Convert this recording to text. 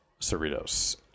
Cerritos